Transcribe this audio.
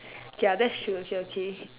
K ah that's true okay okay